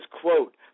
quote